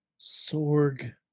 Sorg